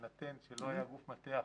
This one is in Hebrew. בהינתן שלא היה גוף מטה אחר.